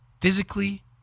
physically